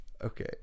Okay